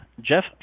Jeff